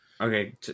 Okay